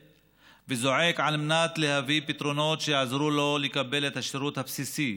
וזועק על מנת להביא פתרונות שיעזרו לו לקבל את השירות הבסיסי